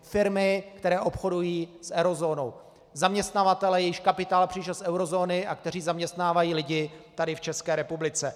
Firmy, které obchodují s eurozónou, zaměstnavatelé, jejichž kapitál přišel z eurozóny a kteří zaměstnávají lidi tady v České republice.